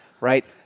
right